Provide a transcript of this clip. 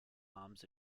arms